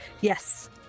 Yes